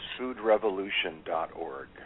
foodrevolution.org